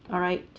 alright